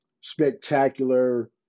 spectacular